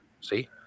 See